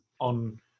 on